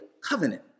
covenant